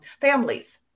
families